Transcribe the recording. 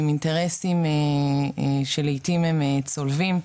עם אינטרסים שלעיתים הם צולבים,